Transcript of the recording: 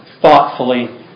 thoughtfully